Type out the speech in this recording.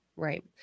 Right